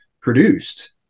produced